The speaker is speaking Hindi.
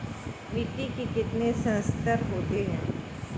मिट्टी के कितने संस्तर होते हैं?